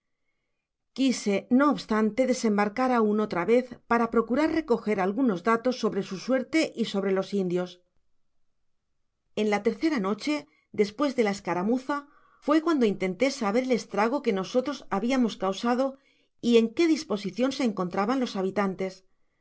quise no obstante desembarcar aun otra vez para procurar recoger algunos datos sobre su suerte y sobre los indios en la tercera noche despues de la escaramuza fue cuando intente saber el estrago que nosotros habiamos causado y en qué disposicion se encontraban los habitantes